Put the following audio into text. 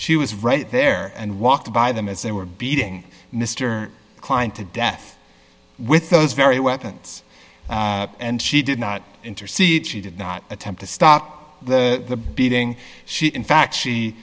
she was right there and walked by them as they were beating mr klein to death with those very weapons and she did not intercede she did not attempt to stop the beating she in fact she